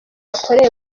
yakoreye